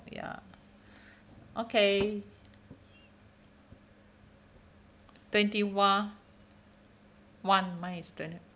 ya okay twenty one one mine is twenty